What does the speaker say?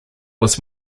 was